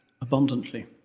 abundantly